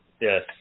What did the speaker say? yes